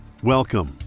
Welcome